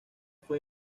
fue